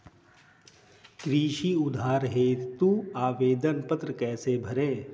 कृषि उधार हेतु आवेदन पत्र कैसे भरें?